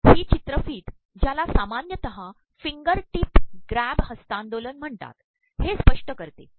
ही चचरकफत ज्याला सामान्यतः कफं गर िीप ग्राब हस्त्तांदोलन म्हणतात हे स्त्पष्ि करते